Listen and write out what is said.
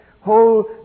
whole